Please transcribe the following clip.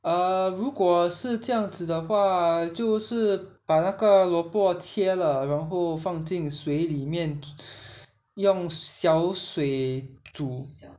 err 如果是这样子的话就是把那个萝卜切了然后放进水里面用小水煮